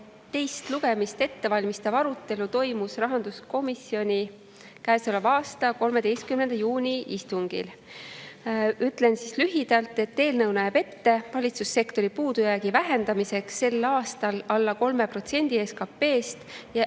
teist lugemist ettevalmistav arutelu toimus rahanduskomisjoni käesoleva aasta 13. juuni istungil. Ütlen siis lühidalt, mida eelnõu ette näeb. Valitsussektori puudujäägi vähendamiseks sel aastal alla 3% SKP‑st ja